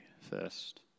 first